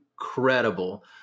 Incredible